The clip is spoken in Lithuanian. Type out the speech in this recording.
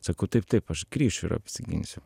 sakau taip taip aš grįšiu ir apsiginsiu